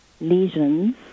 lesions